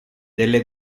delle